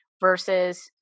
versus